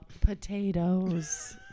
Potatoes